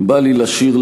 "בא לי לשיר לך",